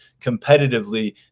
competitively